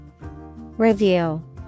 Review